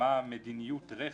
מדיניות הרכש,